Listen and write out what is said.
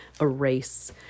erase